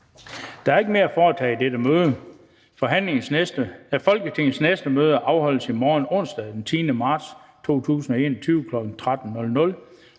Der er ikke mere at foretage i dette møde. Folketingets næste møde afholdes i morgen, onsdag den 10. marts 2021, kl. 13.00.